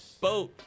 boat